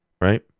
right